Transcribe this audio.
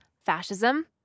fascism